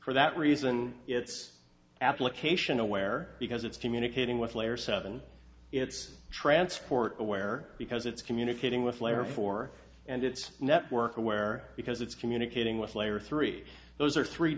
for that reason it's application aware because it's communicating with layer seven it's transport to where because it's communicating with layer four and it's network aware because it's communicating with layer three those are three